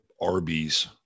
Arby's